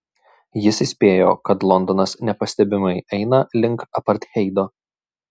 jis įspėjo kad londonas nepastebimai eina link apartheido